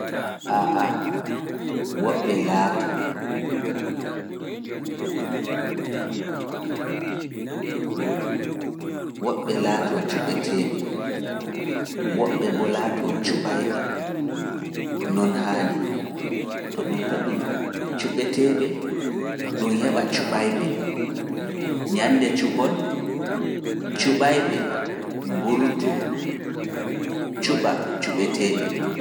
A a, woɓɓe laatoo cuɓeteeɓe, woɓɓe boo laatoo cuɓayɓe, non haandi. To ɗum heɓi cuɓeteeɓe, ɗum heɓa cuɓayɓe. Nyannde cuɓol, cuɓayɓe mburtoo, cuɓa cuɓeteeɓe.